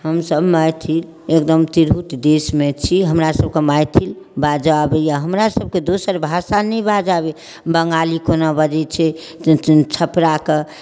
हमसब मैथिल एकदम तिरहुत देशमे छी हमरा सबके मैथिल बाजऽ अबैया हमरा सबके दोसर भाषा नहि बाजऽ अबैया बंगाली कोना बजैत छै तहन छपरा कऽ